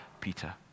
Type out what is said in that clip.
Peter